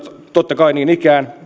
totta kai niin ikään